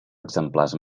exemplars